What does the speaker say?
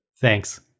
Thanks